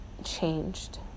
changed